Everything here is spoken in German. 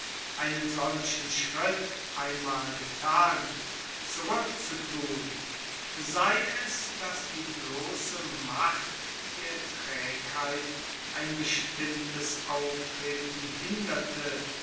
einen solchen schritt einmal getan zurueckzutun sei es dass die blosse macht der traegheit ein bestimmtes auftreten hinderte